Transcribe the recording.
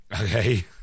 Okay